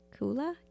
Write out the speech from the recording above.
Kula